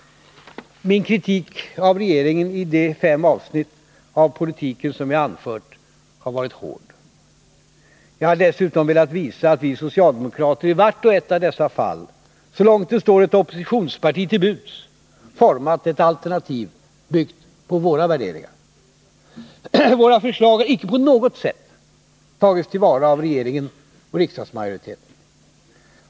Min kritik av regeringen i de fem avsnitt av politiken som jag anfört har varit hård. Jag har dessutom velat visa att vi socialdemokrater i vart och ett av dessa fall, så långt det står ett oppositionsparti till buds, format ett alternativ byggt på våra värderingar. Våra förslag har icke på något sätt tagits till vara av regeringen och riksdagsmajoriteten.